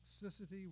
toxicity